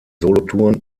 solothurn